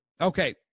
Okay